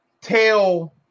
tell